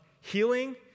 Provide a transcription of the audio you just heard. Healing